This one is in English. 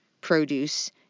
produce